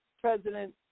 President